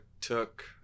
took